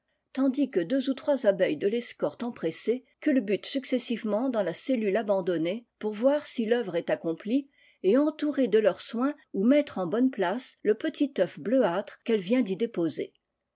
tandis que deux ou trois abeilles de l'escorte empressée culbutent successivement dans la cellule abandonnée pour voir si l'œuvre est accomplie et entourer de leurs soins ou mettre en bonne place le petit œuf bleuâtre qu'elle vient d'y déposer